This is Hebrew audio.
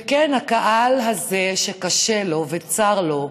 וכן, הקהל הזה, שקשה לו וצר לו,